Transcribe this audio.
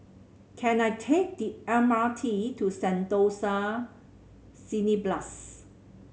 can I take the M R T to Sentosa Cineblast